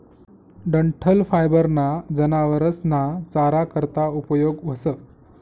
डंठल फायबर ना जनावरस ना चारा करता उपयोग व्हस